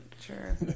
Sure